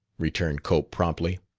returned cope promptly.